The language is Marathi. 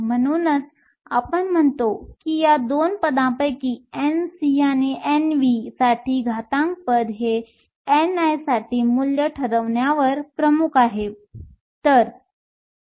म्हणूनच आपण म्हणतो की या 2 पदांपैकी Nc आणि Nv आणि घातांक पद हे ni साठी मूल्य ठरवण्यावर प्रमुख आहे